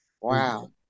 Wow